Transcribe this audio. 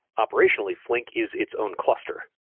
operationally, flink is its own cluster.